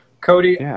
Cody